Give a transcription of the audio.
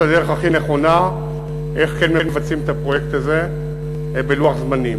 הדרך הכי נכונה איך כן מבצעים את הפרויקט הזה בלוח זמנים.